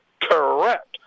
Correct